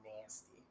nasty